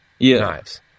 knives